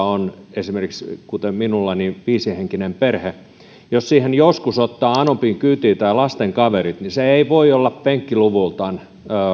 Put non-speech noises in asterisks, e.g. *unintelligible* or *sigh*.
*unintelligible* on esimerkiksi kuten minulla viisihenkinen perhe ja jos autoon joskus ottaa anopin kyytiin tai lasten kaverit niin se ei voi olla penkkiluvultaan